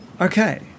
Okay